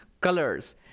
colors